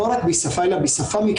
לא ריפוי בעיסוק ולא רנטגן,